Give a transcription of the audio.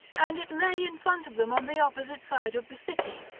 and it lay in front of them on the opposite side of the city,